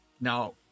Now